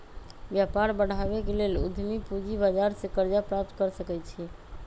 व्यापार बढ़ाबे के लेल उद्यमी पूजी बजार से करजा प्राप्त कर सकइ छै